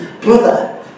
Brother